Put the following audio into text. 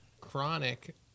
chronic